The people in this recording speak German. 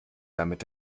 damit